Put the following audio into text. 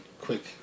Quick